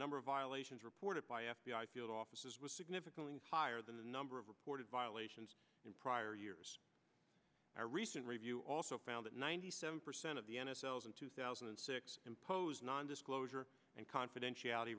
number of violations reported by f b i field offices was significantly higher than the number of reported violations in prior years a recent review also found that ninety seven percent of the n f l s in two thousand and six imposed nondisclosure and confidentiality